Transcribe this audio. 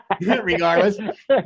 regardless